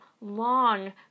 long